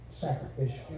sacrificial